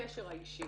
הקשר האישי.